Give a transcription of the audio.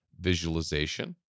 visualization